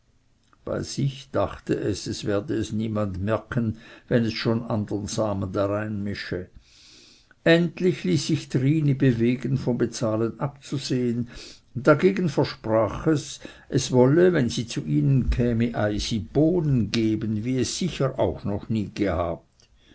bei sich dachte es es werde es niemand merken wenn es schon andern samen dareinmische endlich ließ sich trini bewegen vom bezahlen abzustehen dagegen versprach es es wolle wenn sie zu ihnen kämen eisi bohnen geben wie es sicher auch noch nie gehabt